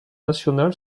nationale